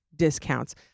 Discounts